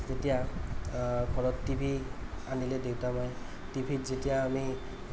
তেতিয়া ঘৰত T V আনিলে দেউতা মায়ে টিভিত যেতিয়া আমি